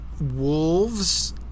wolves